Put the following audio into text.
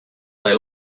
they